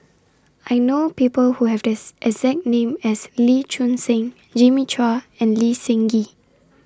I know People Who Have This exact name as Lee Choon Seng Jimmy Chua and Lee Seng Gee